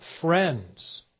friends